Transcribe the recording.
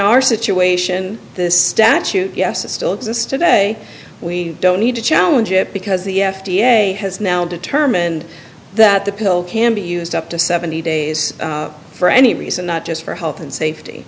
our situation this statute yes it still exists today we don't need to challenge it because the f d a has now determined that the pill can be used up to seventy days for any reason not just for health and safety